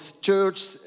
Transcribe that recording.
church